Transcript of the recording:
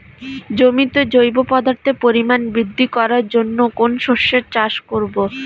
জমিতে জৈব পদার্থের পরিমাণ বৃদ্ধি করার জন্য কোন শস্যের চাষ করবো?